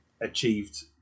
achieved